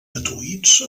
gratuïts